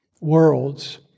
worlds